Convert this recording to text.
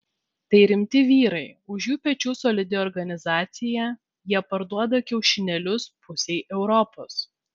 tai rimti vyrai už jų pečių solidi organizacija jie parduoda kiaušinėlius pusei europos